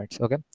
okay